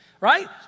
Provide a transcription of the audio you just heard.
Right